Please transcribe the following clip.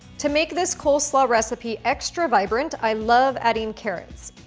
to make this coleslaw recipe extra vibrant, i love adding carrots.